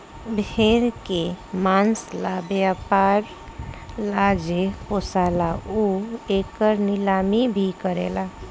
भेड़ के मांस ला व्यापर ला जे पोसेला उ एकर नीलामी भी करेला